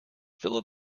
philip